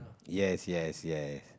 yes yes yes